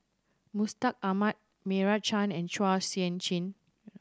Mustaq Ahmad Meira Chand and Chua Sian Chin